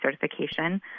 certification